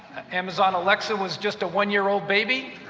amazon alexa was just a one-year-old baby.